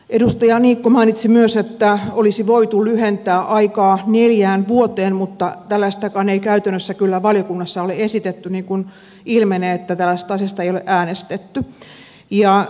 edustaja niikko mainitsi myös että olisi voitu lyhentää aikaa neljään vuoteen mutta tällaistakaan ei käytännössä kyllä valiokunnassa ole esitetty niin kuin ilmenee että tällaisesta asiasta ei ole äänestetty